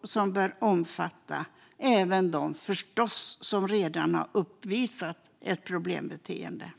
förstås bör omfatta även dem som redan har uppvisat problembeteende.